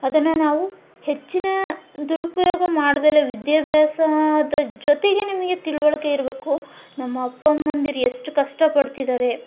ಅದನ್ನು ನಾವು ಹೆಚ್ಚಿನ ದುರುಪಯೋಗ ಮಾಡ್ದಲೇ ವಿದ್ಯಾಭ್ಯಾಸದ ಜೊತೆಗೆ ನಿಮಗೆ ತಿಳಿವಳ್ಕೆ ಇರಬೇಕು ನಮ್ಮ ಅಪ್ಪ ಅಮ್ಮಂದಿರು ಎಷ್ಟ್ ಕಷ್ಟ ಪಡ್ತಿದ್ದಾರೆ